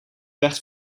werd